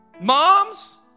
moms